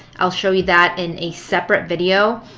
i'll show you that in a separate video.